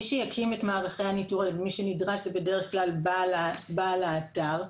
מי שיקים את מערכי הניטור האלה ומי שנדרש זה בדרך כלל בעל האתר,